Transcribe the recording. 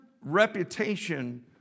Reputation